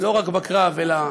לא רק בקרב אלא